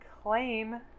Claim